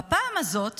בפעם הזאת